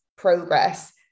progress